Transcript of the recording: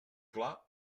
clar